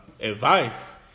advice